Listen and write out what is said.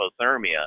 hypothermia